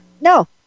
no